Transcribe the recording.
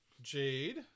Jade